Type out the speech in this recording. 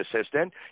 assistant